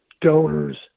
donors